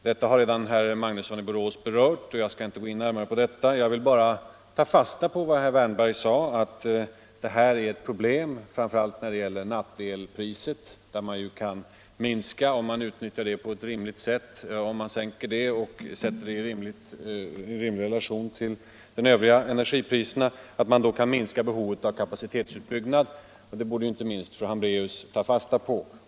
Detta har redan herr Magnusson i Borås berört, och jag skall inte gå in närmare på det. Jag vill bara ta fasta på vad herr Wärnberg sade att detta är ett problem, framför allt när det gäller priset för elkraften på natten. Om man utnyttjar det överskott på elkraft som finns på nätterna kan man sänka priset för nattelkraften. Om man sätter det priset i rimlig relation till de övriga energipriserna kan man dessutom minska behovet av kapacitetsutbyggnad. Det borde inte minst fru Hambraeus ta fasta på.